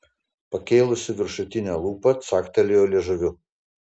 pakėlusi viršutinę lūpą caktelėjo liežuviu